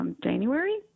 January